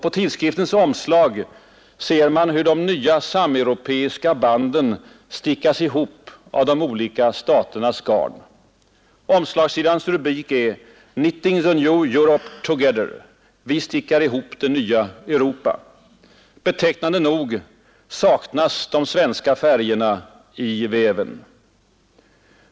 På omslaget ser man hur de nya sameuropeiska banden stickas ihop av de olika staternas garn. Omslagssidans rubrik är ”Knitting the new Europe together” — vi stickar ihop det nya Europa. Betecknande nog saknas de svenska färgerna i väven.